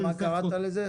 איך קראת לזה?